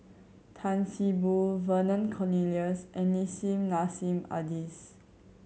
Tan See Boo Vernon Cornelius and Nissim Nassim Adis